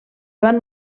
van